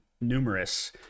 numerous